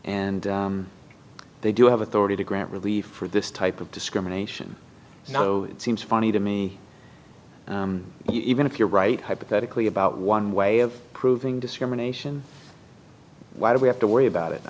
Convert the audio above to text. and they do have authority to grant relief for this type of discrimination you know it seems funny to me even if you're right hypothetically about one way of proving discrimination why do we have to worry about it i